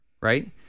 right